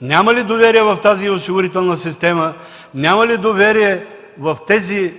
Няма ли доверие в тази осигурителна система, няма ли доверие в тези,